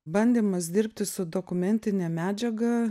bandymas dirbti su dokumentine medžiaga